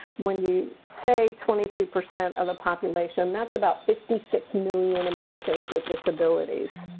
when you say twenty two percent of the population, that's about fifty six million americans with disabilities.